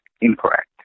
incorrect